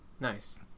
Nice